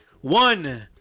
One